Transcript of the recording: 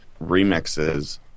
remixes